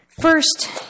First